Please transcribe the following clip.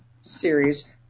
series